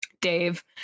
Dave